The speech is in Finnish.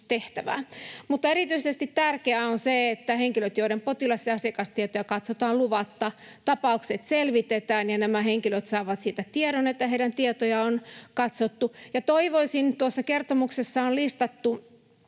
tehtävää. Mutta erityisesti tärkeää on se, että niiden henkilöiden, joiden potilas- ja asiakastietoja katsotaan luvatta, tapaukset selvitetään ja nämä henkilöt saavat siitä tiedon, että heidän tietojaan on katsottu. Toivoisin, kun tuossa kertomuksessa on listattu